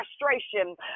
frustration